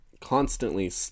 constantly